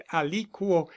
aliquo